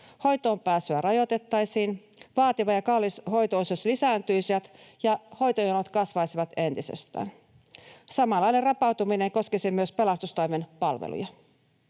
hoitoonpääsyä rajoitettaisiin, vaativa ja kallis hoitoisuus lisääntyisi ja hoitojonot kasvaisivat entisestään. Samanlainen rapautuminen koskisi myös pelastustoimen palveluja.